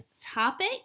topic